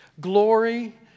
Glory